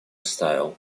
style